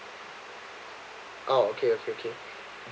ah okay okay okay